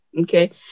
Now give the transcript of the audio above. Okay